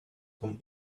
come